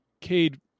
Cade